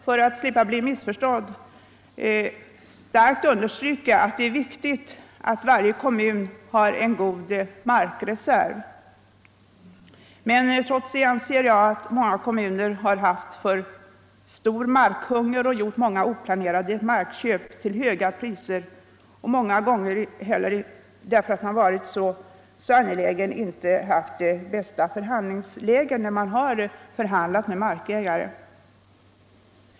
För att slippa bli missförstådd vill jag starkt understryka att det är nödvändigt att varje kommun har en god markreserv. Men trots det anser jag att många kommuner har haft för stor markhunger och gjort många oplanerade markköp till höga priser. Ofta har man, därför att man varit så angelägen, inte haft det bästa förhandlingsläget när man förhandlat med markägare.